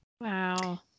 Wow